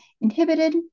inhibited